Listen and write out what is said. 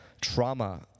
trauma